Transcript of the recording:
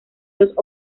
dos